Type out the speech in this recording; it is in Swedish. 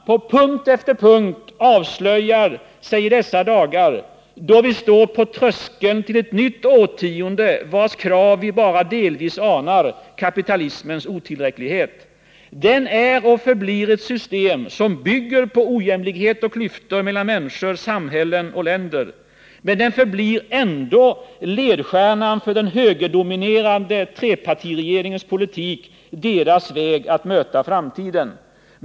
På punkt efter punkt avslöjar sig i dessa dagar — då vi står på tröskeln till ett nytt årtionde, vars krav vi bara delvis anar — kapitalismens otillräcklighet. Den är och förblir ett system som bygger på ojämlikhet och klyftor, mellan människor, samhällen och länder. Men den förblir ändå ledstjärnan för den högerdominerade trepartiregeringens politik — dess väg att möta framtiden.